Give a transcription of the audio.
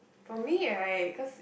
for me right because